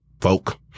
folk